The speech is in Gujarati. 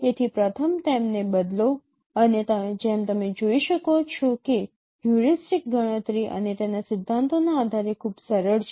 તેથી પ્રથમ તેમને બદલો અને જેમ તમે જોઈ શકો છો કે હ્યુરિસ્ટિક્સ ગણતરી અને તેના સિદ્ધાંતોના આધારે ખૂબ સરળ છે